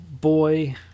boy